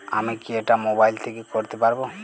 আমি কি এটা মোবাইল থেকে করতে পারবো?